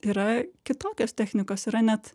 yra kitokios technikos yra net